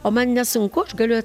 o man nesunku aš galiu